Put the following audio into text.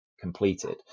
completed